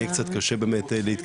יהיה קצת קשה להתקדם.